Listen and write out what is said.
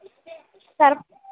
surf